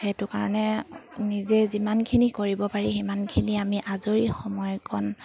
সেইটো কাৰণে নিজে যিমানখিনি কৰিব পাৰি সিমানখিনি আমি আজৰি সময়কণ